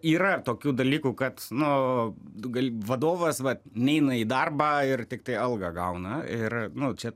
yra tokių dalykų kad nu gali vadovas vat neina į darbą ir tiktai algą gauna ir nu čia